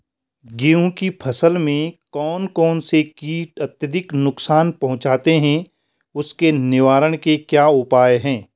गेहूँ की फसल में कौन कौन से कीट अत्यधिक नुकसान पहुंचाते हैं उसके निवारण के क्या उपाय हैं?